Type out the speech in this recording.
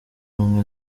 ubumwe